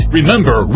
Remember